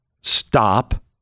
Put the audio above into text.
stop